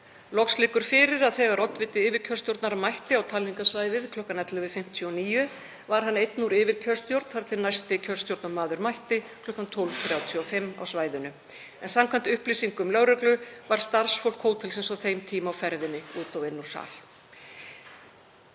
Loks liggur fyrir að þegar oddviti yfirkjörstjórnar mætti á talningarsvæðið kl. 11.59 var hann einn úr yfirkjörstjórn þar til næsti kjörstjórnarmaður mætti kl. 12.35 á svæðið en samkvæmt upplýsingum lögreglu var starfsfólk hótelsins á þeim tíma á ferðinni út og inn í sal.